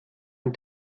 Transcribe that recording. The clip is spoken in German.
ein